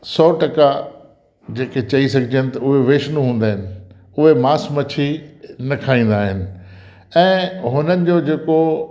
सौ टका जेके चई सघजनि त उहे वैष्नो हूंदा आहिनि उहे मांस मछी न खाईंदा आहिनि ऐं हुननि जो जेको